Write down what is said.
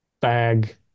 bag